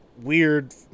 weird